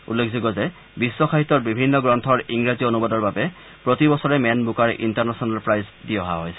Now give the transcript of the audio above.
উল্লেখযোগ্য যে বিশ্ব সাহিত্যৰ বিভিন্ন গ্ৰন্থৰ ইংৰাজী অনুবাদৰ বাবে প্ৰতিবছৰে মেন বুকাৰ ইণ্টাৰনেশ্যনেল প্ৰাইজ দি অহা হৈছে